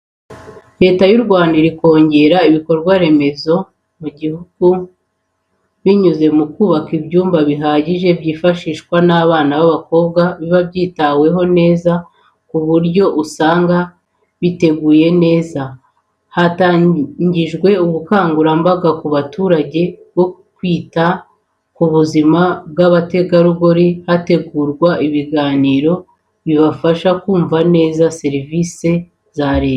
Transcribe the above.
Leta y'u Rwanda iri kongera ibikorwaremezo mu gihugu binyuze mu kubaka ibyumba bihagije byifashishwa n'abakobwa biba byitahweho neza, ku buryo usanga biteguye nez. Hatangijwe ubukangurambaga ku baturage bwo kwita ku buzima bw'abategarugori hategurwa ibiganiro bibafasha kumva neza serivisi za Leta.